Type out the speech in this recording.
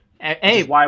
Hey